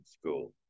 School